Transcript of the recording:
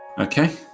Okay